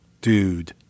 Dude